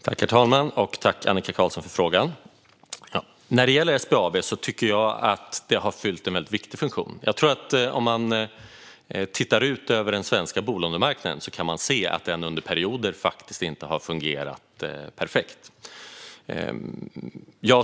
Herr talman! Tack för frågan, Annika Qarlsson! Jag tycker att SBAB har fyllt en viktig funktion. Om man tittar på den svenska bolånemarknaden kan man se att den under perioder faktiskt inte har fungerat perfekt.